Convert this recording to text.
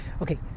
Okay